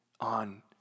on